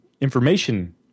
information